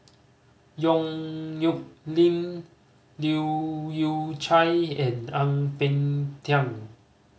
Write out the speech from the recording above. Yong Nyuk Lin Leu Yew Chye and Ang Peng Tiam